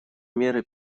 меры